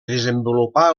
desenvolupà